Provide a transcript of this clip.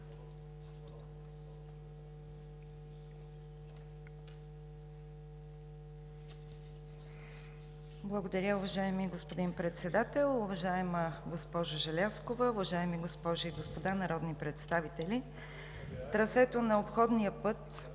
Благодаря, уважаеми господин Председател. Уважаема госпожо Желязкова, уважаеми госпожи и господа народни представители! Трасето на обходния път